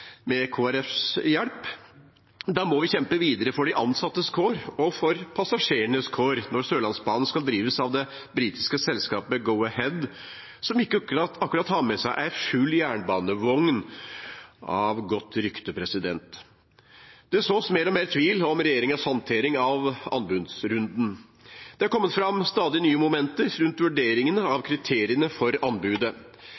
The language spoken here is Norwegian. med Kristelig Folkepartis hjelp, da må vi kjempe videre for de ansattes kår og for passasjerenes kår, når Sørlandsbanen skal drives av det britiske selskapet Go-Ahead, som ikke akkurat har med seg en full jernbanevogn av godt rykte. Det sås mer og mer tvil om regjeringens håndtering av anbudsrunden. Det er kommet fram stadig nye momenter rundt vurderingene